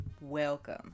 welcome